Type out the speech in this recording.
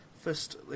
first